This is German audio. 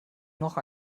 noch